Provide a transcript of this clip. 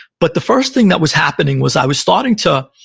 but the first thing that was happening was i was starting to,